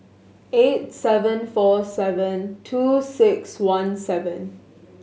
eight seven four seven two six one seven